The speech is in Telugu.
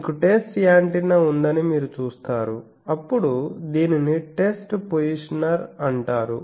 మీకు టెస్ట్ యాంటెన్నా ఉందని మీరు చూస్తారు అప్పుడు దీనిని టెస్ట్ పొజిషనర్ అంటారు